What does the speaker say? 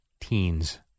Teens